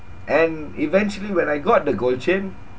and eventually when I got the gold chain